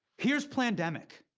here's plandemic.